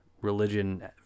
religion